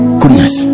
goodness